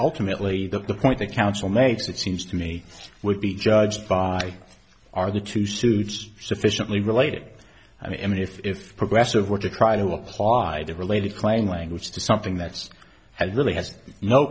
ultimately the point the council makes it seems to me would be judged by are the two suits sufficiently related i mean if progressive were to try to apply the related claim language to something that's really has no